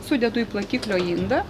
sudedu į laikiklio indą